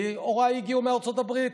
כי הוריי הגיעו מארצות הברית.